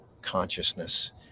consciousness